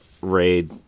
raid